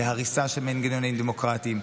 בהריסה של מנגנונים דמוקרטיים,